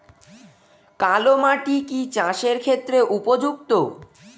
কালো মাটি কি চাষের ক্ষেত্রে উপযুক্ত?